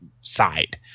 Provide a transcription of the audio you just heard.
side